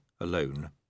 alone